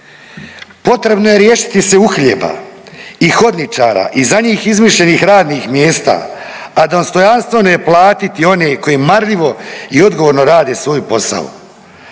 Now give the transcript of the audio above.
Potrebno je riješiti se uhljeba i hodničara i za njih izmišljenih radnih mjesta, a dostojanstveno je platiti one koji marljivo i odgovorno rade svoj posao.